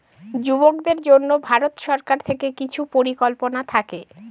যুবকদের জন্য ভারত সরকার থেকে কিছু পরিকল্পনা থাকে